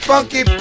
Funky